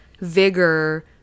vigor